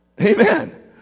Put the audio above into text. amen